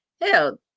Hell